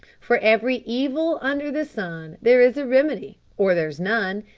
for every evil under the sun there is a remedy or there's none.